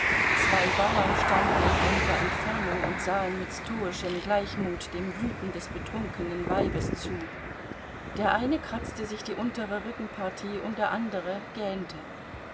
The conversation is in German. zwei bauern standen in einiger entfernung und sahen mit stoischem gleichmut dem wüten des betrunkenen weibes zu der eine kratzte sich die untere rückenpartie und der andere gähnte